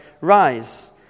rise